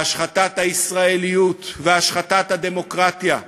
והשחתת הישראליות, והשחתת הדמוקרטיה,